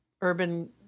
urban